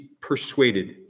persuaded